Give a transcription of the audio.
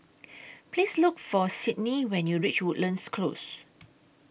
Please Look For Sydnee when YOU REACH Woodlands Close